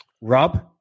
Rob